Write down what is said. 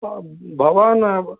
भवान्